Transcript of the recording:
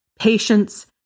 patience